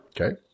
okay